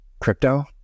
crypto